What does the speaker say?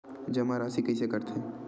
राशि जमा कइसे करथे?